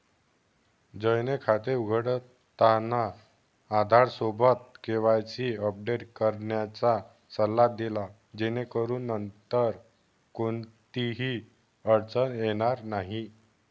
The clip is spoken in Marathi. जयने खाते उघडताना आधारसोबत केवायसी अपडेट करण्याचा सल्ला दिला जेणेकरून नंतर कोणतीही अडचण येणार नाही